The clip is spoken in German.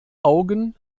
augen